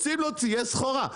רוצים להוציא, יש סחורה,